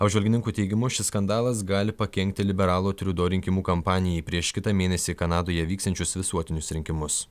apžvalgininkų teigimu šis skandalas gali pakenkti liberalų triudo rinkimų kampanijai prieš kitą mėnesį kanadoje vyksiančius visuotinius rinkimus